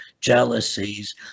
jealousies